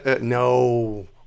No